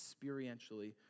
experientially